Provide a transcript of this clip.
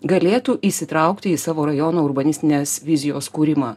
galėtų įsitraukti į savo rajono urbanistinės vizijos kūrimą